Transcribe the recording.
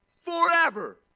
forever